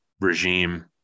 regime